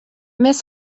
miss